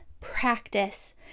practice